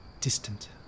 Distant